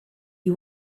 you